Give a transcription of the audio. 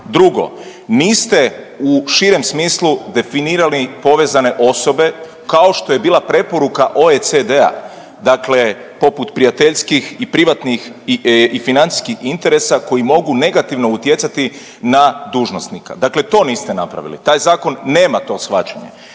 Drugo, niste u širem smislu definirali povezane osobe kao što je bila preporuka OECD-a poput prijateljskih i privatnih i financijskih interesa koji mogu negativno utjecati na dužnosnika, dakle to niste napravili, taj zakon nema to shvaćanje.